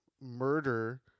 murder